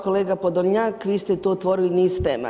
Kolega Podolnjak, vi ste tu otvorili niz tema.